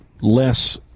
less